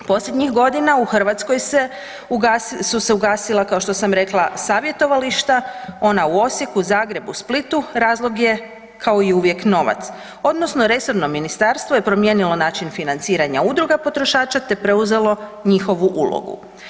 Posljednjih godina u Hrvatskoj su se ugasila kao što sam rekla, savjetovališta, ona u Osijeku, Zagrebu, Splitu, razlog je kao i uvijek novac odnosno resorno ministarstvo je promijenilo način financiranja udruga potrošača te preuzelo njihovu ulogu.